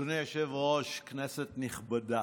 אדוני היושב-ראש, כנסת נכבדה,